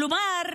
כלומר,